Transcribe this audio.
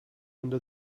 under